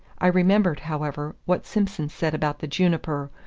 i remembered, however, what simson said about the juniper,